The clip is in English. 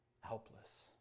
helpless